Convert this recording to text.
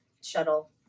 shuttle